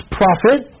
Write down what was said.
prophet